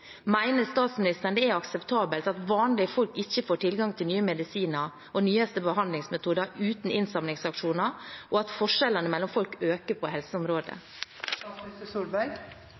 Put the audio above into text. statsministeren det er akseptabelt at vanlige folk ikke får tilgang til nye medisiner og nyeste behandlingsmetode uten innsamlingsaksjoner, og at forskjellene mellom folk øker på